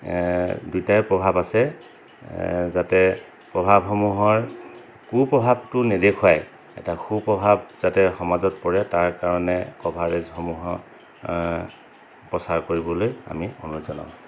দুইটাই প্ৰভাৱ আছে যাতে প্ৰভাৱসমূহৰ কু প্ৰভাৱটো নেদেখুৱাই এটা সু প্ৰভাৱ যাতে সমাজত পৰে তাৰ কাৰণে কভাৰেজসমূহৰ প্ৰচাৰ কৰিবলৈ আমি অনুৰোধ জনাওঁ